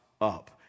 up